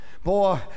Boy